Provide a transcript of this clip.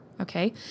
Okay